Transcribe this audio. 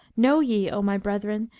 know ye, o my brethren,